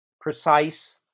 precise